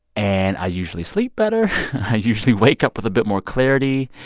and i usually sleep better. i usually wake up with a bit more clarity